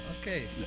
Okay